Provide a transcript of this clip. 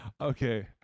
okay